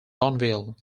boonville